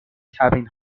kevin